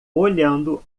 olhando